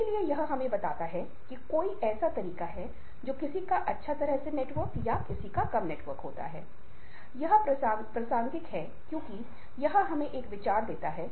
अगर मुझे नापसंद है एक नकारात्मक भावना है अगर मुझे व्यक्ति पसंद है तो यह एक सकारात्मक भावना है